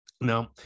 now